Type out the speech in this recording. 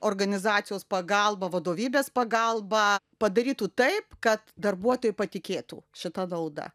organizacijos pagalba vadovybės pagalba padarytų taip kad darbuotojai patikėtų šita nauda